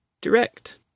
direct